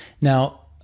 Now